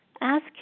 Ask